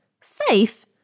Safe